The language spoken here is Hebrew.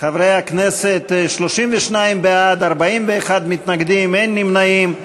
חברי הכנסת, 32 בעד, 41 מתנגדים, אין נמנעים.